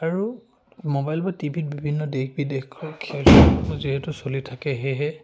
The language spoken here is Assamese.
আৰু মোবাইল বা টিভিত বিভিন্ন দেশ বিদেশৰ খেল যিহেতু চলি থাকে সেয়েহে